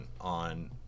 on